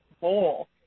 bowl